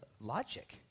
logic